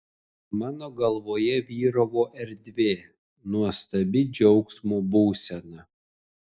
mano galvoje vyravo erdvė nuostabi džiaugsmo būsena